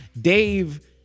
Dave